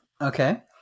Okay